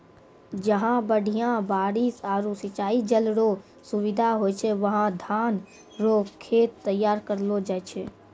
जहां बढ़िया बारिश आरू सिंचाई जल रो सुविधा होय छै वहां धान रो खेत तैयार करलो जाय छै